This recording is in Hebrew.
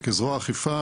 וכזרוע האכיפה,